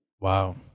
wow